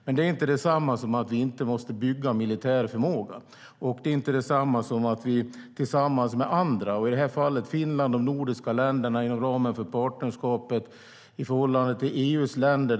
Det är dock inte detsamma som att vi inte måste bygga militär förmåga eller samarbeta med andra, i det här fallet Finland och de nordiska länderna, inom ramen för partnerskapet med EU:s länder.